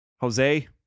Jose